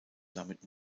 damit